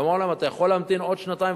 ואמרנו להם: אתה יכול להמתין עוד שנתיים,